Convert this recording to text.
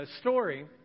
story